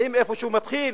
יודעים איפה הוא מתחיל,